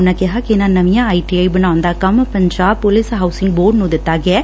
ਉਨੂਾਂ ਨੇ ਕਿਹਾ ਕਿ ਇਨੂਾ ਨਵੀਆਂ ਆਈਟੀਆਈ ਬਣਾਉਣ ਦਾ ਕੰਮ ਪੰਜਾਬ ਪੁਲਿਸ ਹਾਉਸਿੰਗ ਬੋਰਡ ਨੂੰ ਦਿਤਾ ਗਿਆ ਹੈ